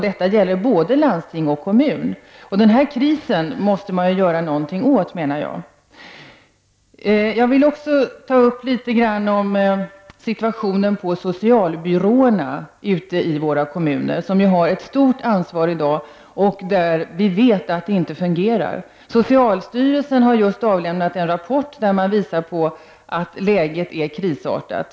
Detta gäller både landsting och kommuner. Den här krisen måste man ju göra någonting åt. Jag vill också något beröra situationen på socialbyråerna i våra kommuner, som i dag har ett stort ansvar och som vi vet inte fungerar. Socialstyrelsen har just lämnat en rapport som visar att läget är krisartat.